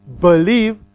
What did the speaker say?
believe